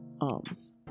arms